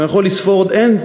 ואני יכול לספור עוד אין-ספור,